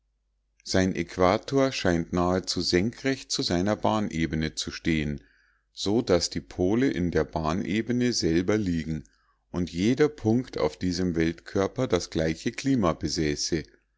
sein äquator scheint nahezu senkrecht zu seiner bahnebene zu stehen so daß die pole in der bahnebene selber liegen und jeder punkt auf diesem weltkörper das gleiche klima besäße